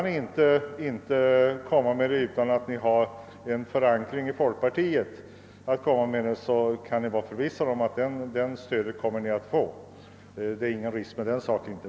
Om ni inte vågar framlägga sådana förslag utan ait ha en förankring i folkpartiet, vill jag säga, att ni kan var förvissade om att vi kommer att stödja er. Det är ingen risk därvidlag.